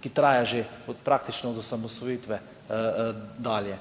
ki traja že praktično od osamosvojitve dalje.